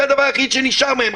זה הדבר היחיד שנשאר מהם.